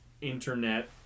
internet